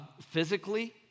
physically